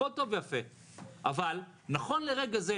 הכול טוב ויפה אבל נכון לרגע זה,